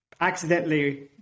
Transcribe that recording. accidentally